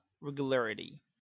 regularity